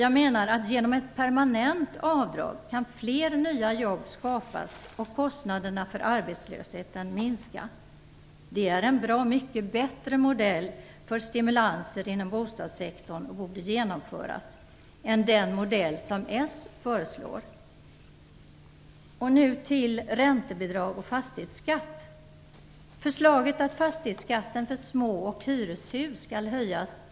Genom ett permanent avdrag kan enligt min mening fler nya jobb skapas och kostnaderna för arbetslösheten minska. Det är en bra mycket bättre modell för stimulanser inom bostadssektorn än den av socialdemokraterna föreslagna, och den borde också genomföras.